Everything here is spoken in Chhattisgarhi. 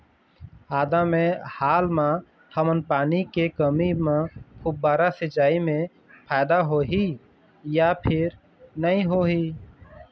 आदा मे हाल मा हमन पानी के कमी म फुब्बारा सिचाई मे फायदा होही या फिर नई होही?